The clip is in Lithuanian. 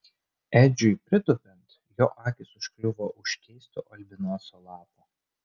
edžiui pritūpiant jo akys užkliuvo už keisto albinoso lapo